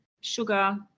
sugar